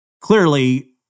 clearly